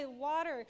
water